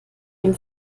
dem